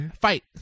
fight